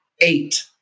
eight